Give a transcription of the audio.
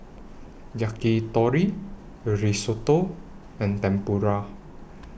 Yakitori Risotto and Tempura